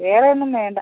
വേറെ ഒന്നും വേണ്ട